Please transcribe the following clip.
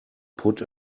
put